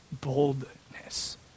boldness